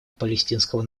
палестинского